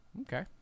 Okay